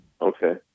Okay